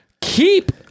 keep